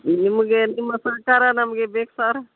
ನಿಮಗೆ ನಿಮ್ಮ ಸಹಕಾರ ನಮಗೆ ಬೇಕು ಸರ್